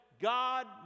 God